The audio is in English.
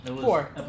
four